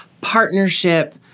partnership